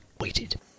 waited